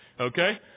okay